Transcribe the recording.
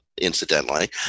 incidentally